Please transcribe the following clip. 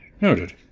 Noted